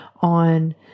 on